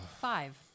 Five